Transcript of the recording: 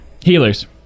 Healers